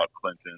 Clinton